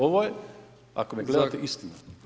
Ovo je ako me gledate istina.